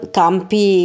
campi